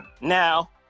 Now